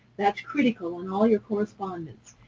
that's critical on all your correspondence,